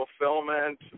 fulfillment